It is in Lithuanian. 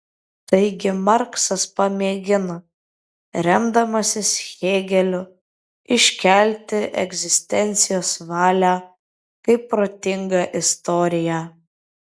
taigi marksas pamėgino remdamasis hėgeliu iškelti egzistencijos valią kaip protingą istoriją